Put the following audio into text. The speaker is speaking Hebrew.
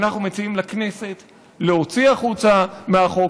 אנחנו מציעים לכנסת להוציא החוצה מהחוק,